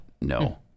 No